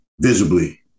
visibly